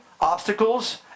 obstacles